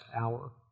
hour